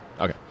Okay